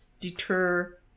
Deter